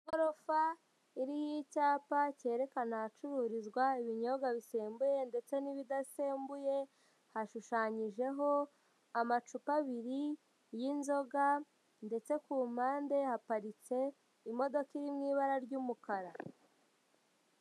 Igorofa iriho icyapa cyerekana ahacururizwa ibinyobwa bisembuye ndetse n'ibidasembuye, hashushanyijeho amacupa abiri y'inzoga ndetse ku mpande haparitse imodoka iri mu ibara ry'umukara.